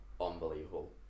unbelievable